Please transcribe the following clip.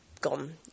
gone